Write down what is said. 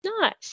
nice